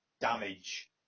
damage